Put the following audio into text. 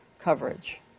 coverage